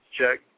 check